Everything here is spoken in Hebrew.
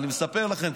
אני מספר לכם,